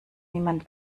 niemand